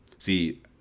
See